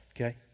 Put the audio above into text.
Okay